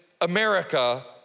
America